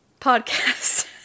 Podcast